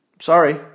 Sorry